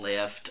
left